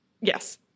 Yes